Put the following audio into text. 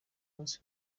munsi